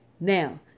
Now